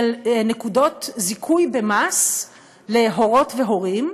של נקודות זיכוי במס להורות והורים,